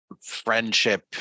friendship